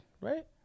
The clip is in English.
right